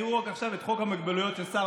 תראו רק עכשיו את חוק המוגבלויות של השר